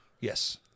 Yes